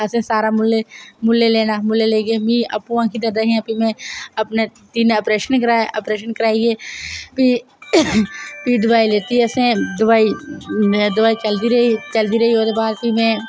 असें सारा मुल्लें लेना मुल्लें लेइयै मीं आप्पूं अक्खी दर्दां हियां फी में अपने तिन्न आपरेशन करवाए त्रै आपरेशन करवाइयै फ्ही दवाई लैती असें दवाई दवाई चलदी रेही चलदी रेही ओहदे बाद फ्ही में